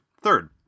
Third